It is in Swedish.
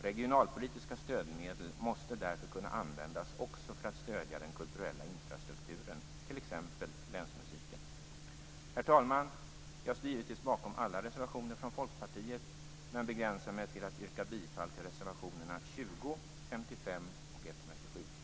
Regionalpolitiska stödmedel måste därför kunna användas till att stödja också den kulturella infrastrukturen, t.ex. länsmusiken. Herr talman! Jag står givetvis bakom alla reservationer från Folkpartiet men begränsar mig till att yrka bifall till reservationerna 20, 55 och 127.